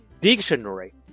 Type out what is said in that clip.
dictionary